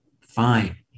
fine